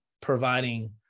providing